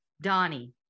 Donnie